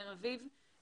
זר אביב,